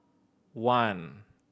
one